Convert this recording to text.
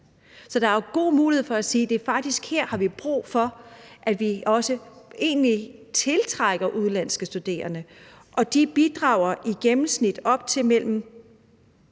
Så der er jo god mulighed for at sige, at vi egentlig her også har brug for, at vi tiltrækker udenlandske studerende, og de bidrager faktisk i gennemsnit med